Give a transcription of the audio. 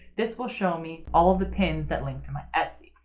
this will show me all the pins that link to my etsy,